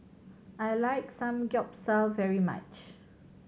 I like Samgeyopsal very much